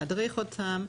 להדריך אותם.